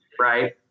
Right